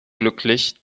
glücklich